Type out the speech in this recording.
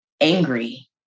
angry